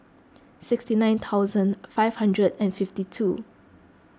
sixty nine thousand five hundred and fifty two